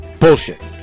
bullshit